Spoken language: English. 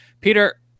Peter